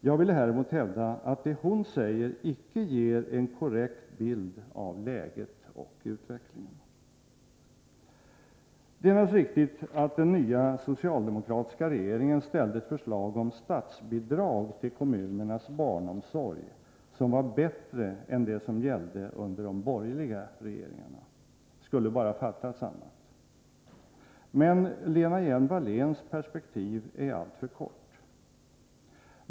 Jag vill häremot hävda att det hon säger icke ger en korrekt bild av läget och utvecklingen. Det är naturligtvis riktigt att den nya socialdemokratiska regeringen framställde ett förslag om statsbidrag till kommunernas barnomsorg som var bättre än det som gällde under de borgerliga regeringarna — skulle bara fattats annat! Men Lena Hjelm-Walléns perspektiv är alltför kort.